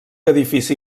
edifici